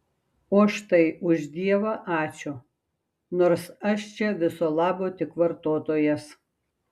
o štai už dievą ačiū nors aš čia viso labo tik vartotojas